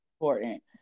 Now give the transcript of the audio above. important